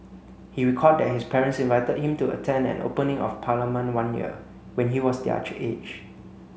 he recalled that his parents invited him to attend an opening of Parliament one year when he was their age